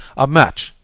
a match!